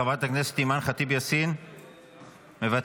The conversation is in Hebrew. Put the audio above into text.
חברת הכנסת אימאן ח'טיב יאסין, מוותרת.